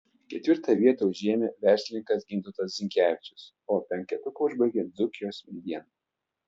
ketvirtą vietą užėmė verslininkas gintautas zinkevičius o penketuką užbaigė dzūkijos mediena